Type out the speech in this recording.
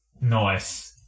Nice